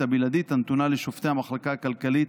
הבלעדית הנתונה לשופטי המחלקה הכלכלית